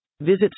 Visit